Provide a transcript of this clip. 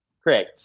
Craig